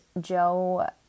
Joe